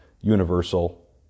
universal